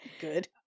Good